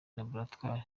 laboratwari